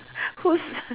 whose